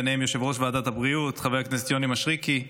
ביניהם יושב-ראש ועדת הבריאות חבר הכנסת יוני מישרקי,